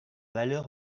valeur